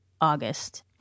August